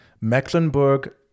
Mecklenburg